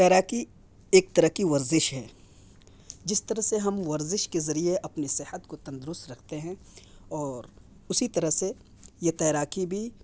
تیراکی ایک طرح کی ورزش ہے جس طرح سے ہم ورزش کے ذریعہ اپنی صحت کو تندرست رکھتے ہیں اور اسی طرح سے یہ تیراکی بھی